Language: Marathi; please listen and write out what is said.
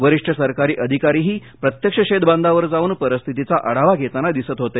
वरिष्ठ सरकारी अधिकारीही प्रत्यक्ष शेतबांधावर जावून परिस्थितीचा आढावा धेताना दिसत होते